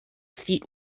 feet